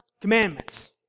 commandments